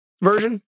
version